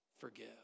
forgive